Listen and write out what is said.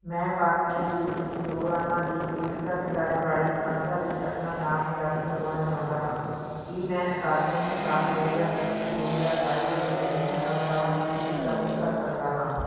ਮੈਂ ਫਾਰਮੇਸੀ ਵਿੱਚ ਪ੍ਰੋਗਰਾਮਾਂ ਦੀ ਪੇਸ਼ਕਸ਼ ਕਰਨ ਵਾਲੀ ਸੰਸਥਾ ਵਿੱਚ ਆਪਣਾ ਨਾਮ ਦਰਜ ਕਰਵਾਉਣਾ ਚਾਹੁੰਦਾ ਹਾਂ ਕਿ ਮੈਂ ਅਕਾਦਮਿਕ ਸਾਲ ਦੋ ਹਜ਼ਾਰ ਇੱਕੀ ਦੋ ਹਜ਼ਾਰ ਬਾਈ ਵਿੱਚ ਅਜਿਹੀਆਂ ਸੰਸਥਾਵਾਂ ਦੀ ਸੂਚੀ ਪ੍ਰਾਪਤ ਕਰ ਸਕਦਾ ਹਾਂ